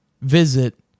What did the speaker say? visit